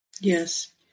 Yes